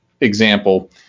example